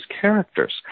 characters